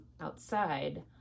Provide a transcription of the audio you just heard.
outside